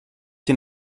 den